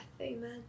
Amen